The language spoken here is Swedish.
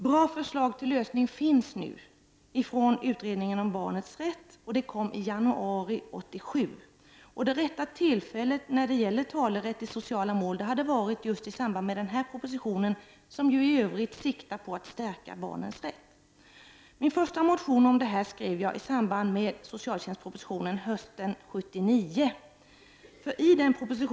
Bra förslag till lösning har nu framlagts av utredningen om barnens rätt, i januari 1987, och det rätta tillfället att ta upp frågan om talerätt i sociala mål hade varit just i samband med denna proposition, som ju i övrigt siktar till att stärka barnens rätt. Min första motion om detta skrev jag i samband med socialtjänstpropositionen hösten 1979.